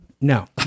No